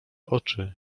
oczy